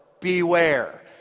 beware